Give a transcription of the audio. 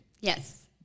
Yes